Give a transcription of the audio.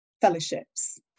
fellowships